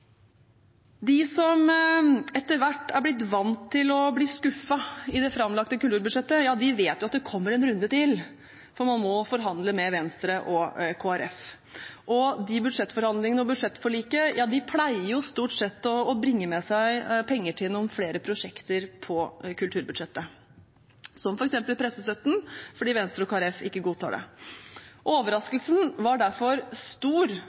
De som etter hvert er blitt vant til å bli skuffet over det framlagte kulturbudsjettet, vet at det kommer en runde til, for man må forhandle med Venstre og Kristelig Folkeparti. Og budsjettforhandlingene og budsjettforliket pleier stort sett å bringe med seg penger til noen flere prosjekter på kulturbudsjettet, som f.eks. pressestøtten, fordi Venstre og Kristelig Folkeparti ikke godtar det. Overraskelsen var derfor stor